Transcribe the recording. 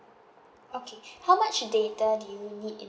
okay how much data do you need in a month